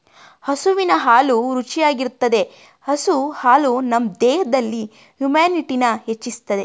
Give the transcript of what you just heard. ಹಸುವಿನ ಹಾಲು ರುಚಿಯಾಗಿರ್ತದೆ ಹಸು ಹಾಲು ನಮ್ ದೇಹದಲ್ಲಿ ಇಮ್ಯುನಿಟಿನ ಹೆಚ್ಚಿಸ್ತದೆ